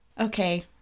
Okay